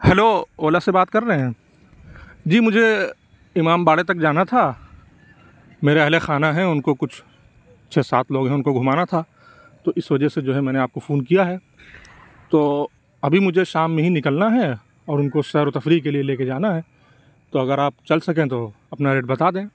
hello Ola سے بات کر رہے ہیں جی مجھے امام باڑا تک جانا تھا میرے اہلِ خانہ ہیں اُن کو کچھ چھ سات لوگ ہیں اُن کو گھمانا تھا تو اِس وجہ سے جو ہے میں نے آپ کو فون کیا ہے تو ابھی مجھے شام میں ہی نکلنا ہے اور اُن کو سیر و تفریح کے لیے لے کے جانا ہے تو اگر آپ چل سکیں تو اپنا ریٹ بتا دیں